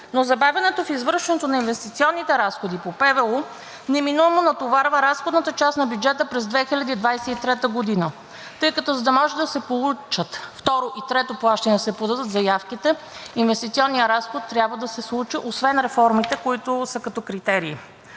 но забавянето в извършването на инвестиционните разходи по Плана за възстановяване и устойчивост неминуемо натоварва разходната част на бюджета през 2023 г., тъй като, за да може да се получат второ и трето плащане, да се подадат заявките, инвестиционният разход трябва да се случи, освен реформите, които са като критерии.